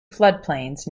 floodplains